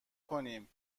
کنیم